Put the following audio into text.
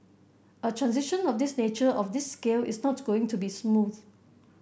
a transition of this nature of this scale is not going to be smooth